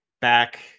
back